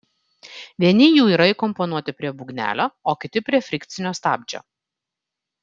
vieni jų yra įkomponuoti prie būgnelio o kiti prie frikcinio stabdžio